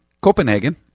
Copenhagen